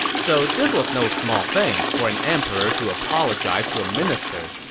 so, this was no small thing, for an emperor to apologize to a minister,